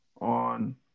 on